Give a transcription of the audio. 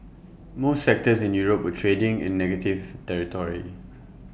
most sectors in Europe were trading in negative territory